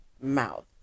mouth